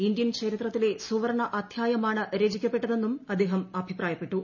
Indian ചരിത്രത്തിലെ സുവർണ്ണ അധ്യായമാണ് രചിക്കപ്പെട്ടതെന്നും അദ്ദേഹം അഭിപ്രായപ്പെട്ടു